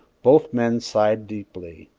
both men sighed deeply,